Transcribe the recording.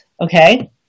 Okay